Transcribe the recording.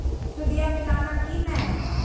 सुदिया मिलाना की नय?